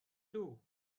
too